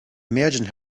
imagined